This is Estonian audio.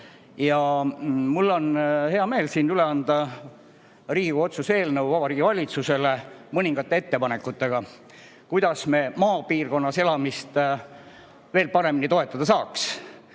Mul on hea meel üle anda Riigikogu otsuse eelnõu Vabariigi Valitsusele mõningate ettepanekutega, kuidas me maapiirkonnas elamist veel paremini toetada saaks.